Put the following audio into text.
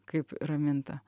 kaip raminta